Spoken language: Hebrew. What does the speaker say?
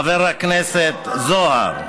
חבר הכנסת זוהר.